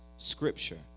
scripture